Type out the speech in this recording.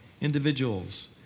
individuals